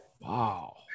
Wow